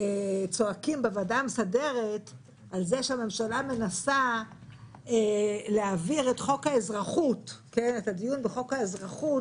צועקים בוועדה המסדרת על זה שהממשלה מנסה להעביר את הדיון בחוק האזרחות,